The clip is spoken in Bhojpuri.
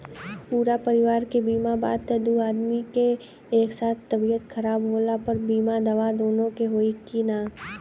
पूरा परिवार के बीमा बा त दु आदमी के एक साथ तबीयत खराब होला पर बीमा दावा दोनों पर होई की न?